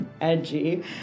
edgy